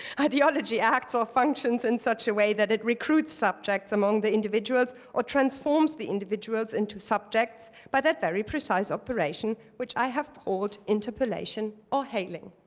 ideology acts or functions in such a way that it recruits subjects among the individuals or transforms the individuals into subjects by that very precise operation which i have called interpellation or hailing.